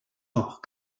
noch